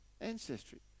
ancestry